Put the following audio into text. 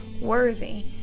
worthy